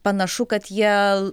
panašu kad jie